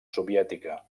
soviètica